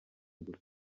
gusa